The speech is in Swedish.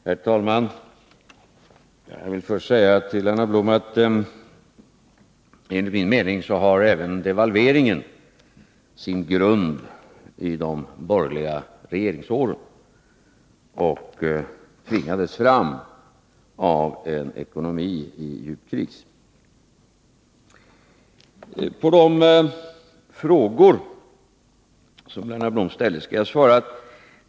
Herr talman! Jag vill först säga till Lennart Blom att enligt min mening har även devalveringen sin grund i de borgerliga regeringsåren — den tvingades fram av en ekonomi i djup kris. På de frågor som Lennart Blom ställde vill jag svara följande.